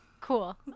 Cool